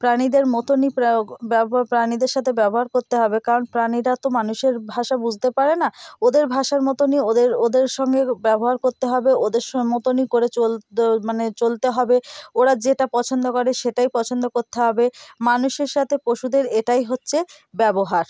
প্রাণীদের মতনই প্রয়োগ ব্যবহা প্রাণীদের সাথে ব্যবহার করতে হবে কারণ প্রাণীরা তো মানুষের ভাষা বুঝতে পারে না ওদের ভাষার মতনই ওদের ওদের সঙ্গে ব্যবহার করতে হবে ওদের সব মতনই করে চলতে মানে চলতে হবে ওরা যেটা পছন্দ করে সেটাই পছন্দ করতে হবে মানুষের সাথে পশুদের এটাই হচ্ছে ব্যবহার